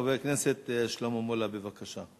חבר הכנסת שלמה מולה, בבקשה.